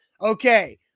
Okay